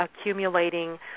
accumulating